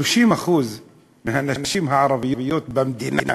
30% מהנשים הערביות במדינה,